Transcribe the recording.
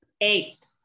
Eight